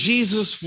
Jesus